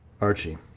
Archie